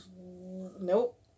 Nope